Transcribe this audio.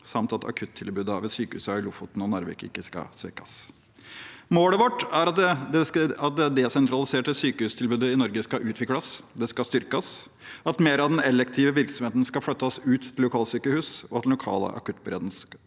samt at akuttilbudene ved sykehusene i Lofoten og Narvik ikke skal svekkes. Målet vårt er at det desentraliserte sykehustilbudet i Norge skal utvikles og styrkes, at mer av den elektive virksomheten skal flyttes ut til lokalsykehus, og at den lokale akuttberedskapen